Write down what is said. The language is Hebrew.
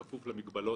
כמובן בכפוף למגבלות